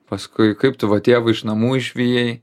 paskui kaip tavo tėvą iš namų išvijai